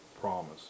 promise